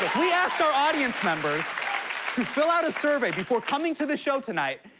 we asked her audience members to fill out a survey before coming to the show tonight,